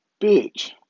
bitch